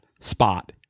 spot